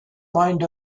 mind